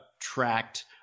tracked